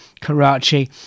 Karachi